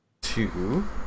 two